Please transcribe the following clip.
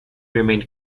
remained